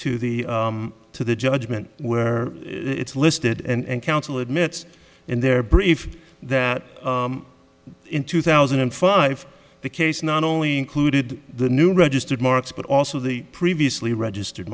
to the to the judgment where it's listed and counsel admits in their brief that in two thousand and five the case not only included the new registered marks but also the previously registered